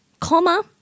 comma